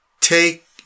Take